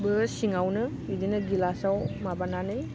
बो सिङावनो बिदिनो गिलासाव माबानानै